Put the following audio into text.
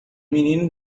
menino